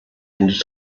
into